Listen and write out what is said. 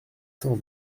cent